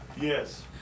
Yes